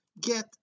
get